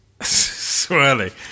Swirly